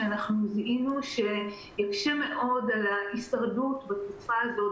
שאנחנו זיהינו שיקשה מאוד על ההישרדות בתקופה הזאת